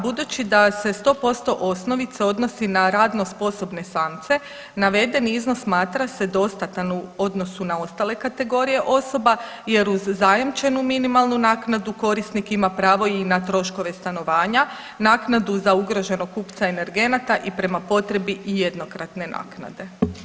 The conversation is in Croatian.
Budući da se 100% osnovica odnosi na radno sposobne samce navedeni iznos smatra se dostatan u odnosu na ostale kategorije osoba jer uz zajamčenu minimalnu naknadu korisnik ima pravo i na troškove stanovanja, naknadu za ugroženog kupca energenata i prema potrebi i jednokratne naknade.